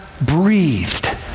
breathed